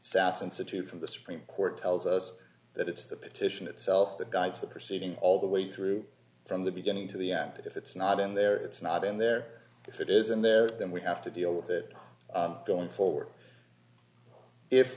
sas institute from the supreme court tells us that it's the petition itself that guides the proceedings all the way through from the beginning to the end if it's not in there it's not in there if it isn't there then we have to deal with it going forward if